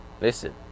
Listen